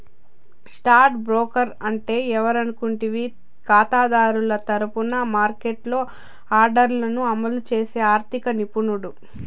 stock broker అంటే ఎవరనుకుంటివి కాతాదారుల తరపున మార్కెట్లో ఆర్డర్లను అమలు చేసి ఆర్థిక నిపుణుడు